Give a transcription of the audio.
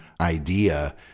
idea